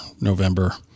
November